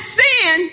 sin